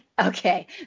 Okay